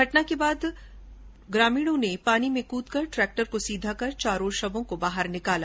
घटना के बाद लोगों ने पानी में कृदकर ट्रेक्टर को सीधा कर चारों शवों को बाहर निकाला